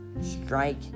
strike